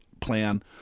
plan